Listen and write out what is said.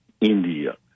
India